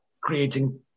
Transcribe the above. creating